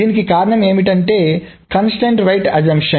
దీనికి కారణం ఏమిటంటే నిర్బంధ వ్రాత ఊహ